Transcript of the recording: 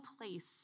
place